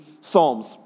psalms